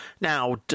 Now